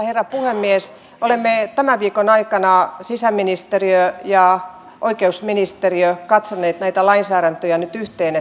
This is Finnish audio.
herra puhemies olemme tämän viikon aikana sisäministeriö ja oikeusministeriö katsoneet näitä lainsäädäntöjä nyt yhteen